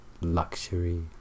luxury